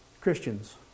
Christians